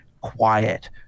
quiet